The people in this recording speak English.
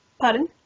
Pardon